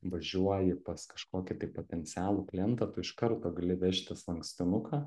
važiuoji pas kažkokį tai potencialų klientą tu iš karto gali vežtis lankstinuką